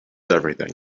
everything